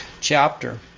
chapter